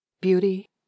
beauty